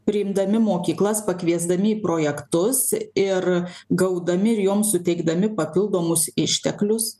priimdami mokyklas pakviesdami į projektus ir gaudami ir joms suteikdami papildomus išteklius